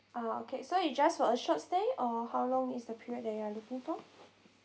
ah okay so you just for a short stay or how long is the period that you're looking for